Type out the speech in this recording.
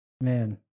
Man